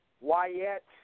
Wyatt